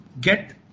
get